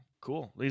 cool